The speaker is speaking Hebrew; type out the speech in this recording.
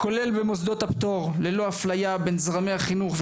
כולל במוסדות הפטור, ללא אפליה בין זרמי החינוך.